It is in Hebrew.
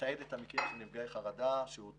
לתעד את המקרים של נפגעי חרדה שאותרו